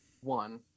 one